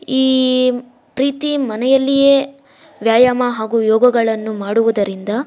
ಈ ಪ್ರೀತಿ ಮನೆಯಲ್ಲಿಯೇ ವ್ಯಾಯಾಮ ಹಾಗು ಯೋಗಗಳನ್ನು ಮಾಡುವುದರಿಂದ